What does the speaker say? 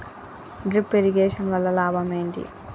Drip irrigation వల్ల లాభం ఏంటి?